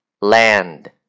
land